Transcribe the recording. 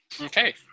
Okay